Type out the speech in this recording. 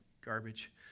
garbage